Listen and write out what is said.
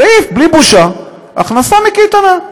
סעיף, בלי בושה, הכנסה מקייטנה.